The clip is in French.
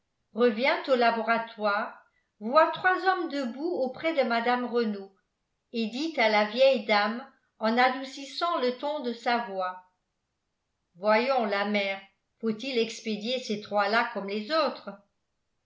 revient au laboratoire voit trois hommes debout auprès de mme renault et dit à la vieille dame en adoucissant le ton de sa voix voyons la mère faut-il expédier ces trois là comme les autres